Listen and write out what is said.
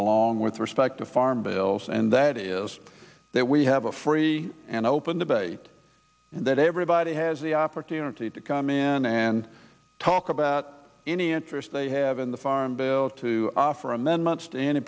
along with respect to farm bills and that is that we have a free and open debate and that everybody has the opportunity to come in and talk about any interest they have in the farm bill to offer amendments